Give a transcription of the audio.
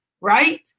Right